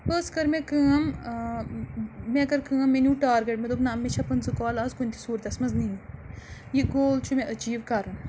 پوٚتُس کٔر مےٚ کٲم مےٚ کٔر کٲم مےٚ نیوٗ ٹارگیٹ مےٚ دوٚپ نہ مےٚ چھےٚ پٕنٛژٕ کالہٕ آز کُنہِ تہِ صوٗرتس منٛز نِنہِ یہِ گول چھُ مےٚ أچیٖو کرُن